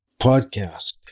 podcast